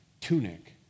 tunic